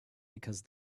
because